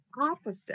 opposite